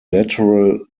lateral